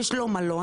יש לו מלון,